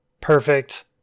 perfect